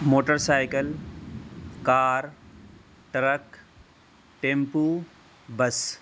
motor cycle car truck tempo bus